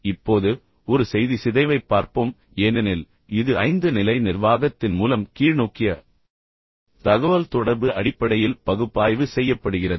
இப்போது ஒரு செய்தி சிதைவைப் பார்ப்போம் ஏனெனில் இது ஐந்து நிலை நிர்வாகத்தின் மூலம் கீழ்நோக்கிய தகவல்தொடர்பு அடிப்படையில் பகுப்பாய்வு செய்யப்படுகிறது